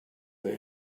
they